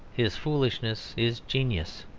his foolishness is genius.